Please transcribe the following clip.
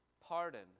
pardon